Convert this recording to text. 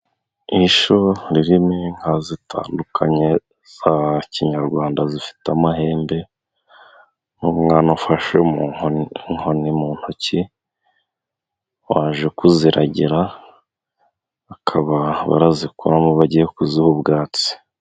Inshyo ririmo inka zitandukanye za kinyarwanda zifite amahembe n'umwana ufashe mukoni mu ntoki waje kuziragira. Bakaba barazikuramo bagiye kuziha ubwatsi.